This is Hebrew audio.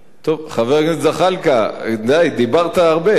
טוב, חבר הכנסת זחאלקה, די, דיברת הרבה, נו, מה?